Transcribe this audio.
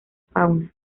fauna